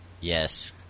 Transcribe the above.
Yes